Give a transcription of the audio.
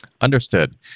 Understood